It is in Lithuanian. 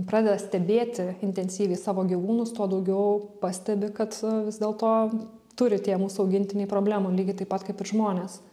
pradeda stebėti intensyviai savo gyvūnus tuo daugiau pastebi kad vis dėlto turi tie mūsų augintiniai problemų lygiai taip pat kaip ir žmonės